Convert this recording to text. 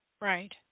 right